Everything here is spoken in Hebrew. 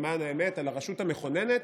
למען האמת על הרשות המכוננת,